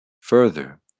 Further